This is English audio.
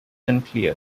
unclear